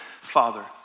Father